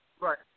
Right